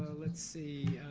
let's see.